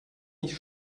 nicht